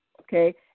okay